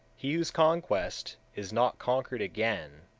he whose conquest is not conquered again,